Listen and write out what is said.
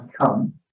come